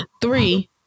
Three